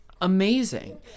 amazing